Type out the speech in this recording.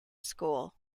school